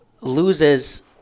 loses